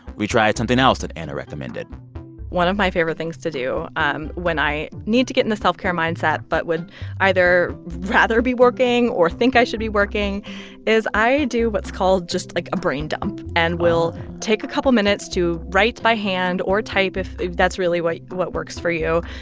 we tried something else that anna recommended one of my favorite things to do um when i need to get in a self-care mindset but would either rather be working or think i should be working is i do what's called just, like, a brain dump and will take a couple of minutes to write by hand, or type if if that's really what works for you,